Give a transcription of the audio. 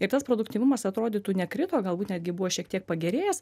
ir tas produktyvumas atrodytų nekrito galbūt netgi buvo šiek tiek pagerėjęs